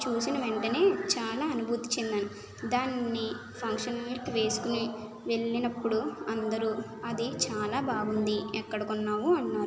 చూసిన వెంటనే చాలా అనుభూతి చెందాను దాన్ని ఫంక్షన్కి వేసుకొని వెళ్ళినప్పుడు అందరూ అది చాలా బాగుంది ఎక్కడ కొన్నావు అన్నారు